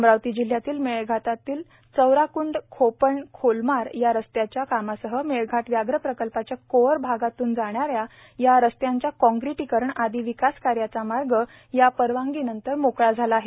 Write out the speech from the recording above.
अमरावती जिल्ह्यातील मेळघाटातील चौराकंड खोपण खोलमार या रस्त्याच्या कामासह मेळघाट व्याघ्र प्रकल्पाच्या कोअर भागातून जाणा या या रस्त्यांचा काँक्रिटीकरण आदी विकास करण्याचा मार्ग या परवानगीनंतर मोकळा झाला आहे